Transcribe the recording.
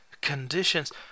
conditions